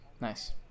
nice